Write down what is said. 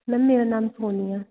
ma'am ਮੇਰਾ ਨਾਮ ਸੋਨੀਆ